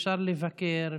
אפשר לבקר,